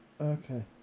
okay